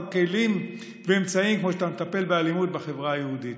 כלים ואמצעים כמו שאתה מטפל באלימות בחברה היהודית,